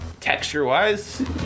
texture-wise